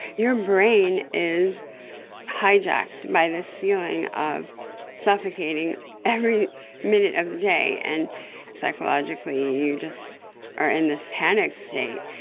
your brain is hijacked by this feeling of suffocating every minute of the day, and psychologically you just are in this panic state.